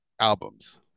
albums